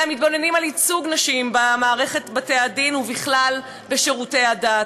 והם מתבוננים על ייצוג נשים במערכת בתי-הדין ובכלל בשירותי הדת,